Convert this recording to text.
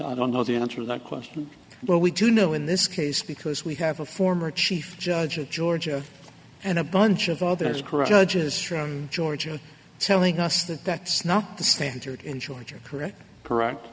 i don't know the answer that question but we do know in this case because we have a former chief judge of georgia and a bunch of others corrupt judges from georgia telling us that that's not the standard in georgia correct correct